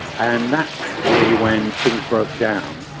and that's really when things broke down.